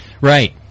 right